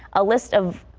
a list of.